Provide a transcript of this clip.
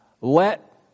let